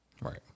Right